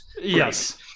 Yes